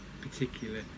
particular